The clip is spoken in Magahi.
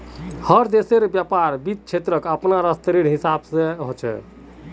हर देशेर व्यापार वित्त क्षेत्रक अपनार स्तरेर हिसाब स ह छेक